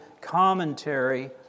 commentary